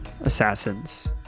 assassins